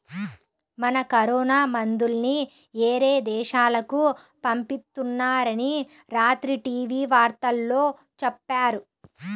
మన కరోనా మందుల్ని యేరే దేశాలకు పంపిత్తున్నారని రాత్రి టీవీ వార్తల్లో చెప్పారు